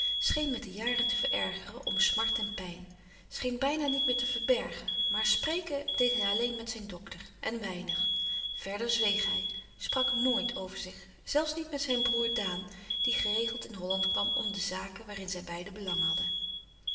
scheen met de jaren te verergeren om smart en pijn scheen bijna niet meer te verbergen maar spreken deed hij alleen louis couperus van oude menschen de dingen die voorbij gaan met zijn dokter en weinig verder zweeg hij sprak noit over zich zelfs niet met zijn broêr daan die geregeld in holland kwam om de zaken waarin zij beiden belang hadden